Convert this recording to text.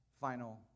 final